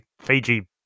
Fiji